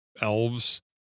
elves